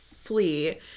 flee